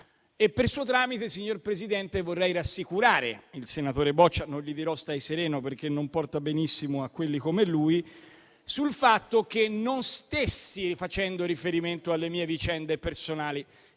Per suo tramite, signor Presidente, vorrei rassicurare il senatore Boccia - non gli dirò di stare sereno, perché non porta benissimo a quelli come lui - sul fatto che non stessi facendo riferimento alle mie vicende personali.